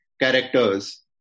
characters